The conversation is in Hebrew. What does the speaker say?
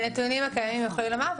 בנתונים הקיימים הם יכולים לומר,